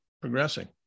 progressing